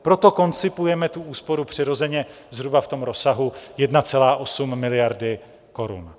Proto koncipujeme tu úsporu přirozeně zhruba v tom rozsahu 1,8 miliardy korun.